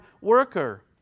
worker